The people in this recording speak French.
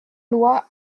loi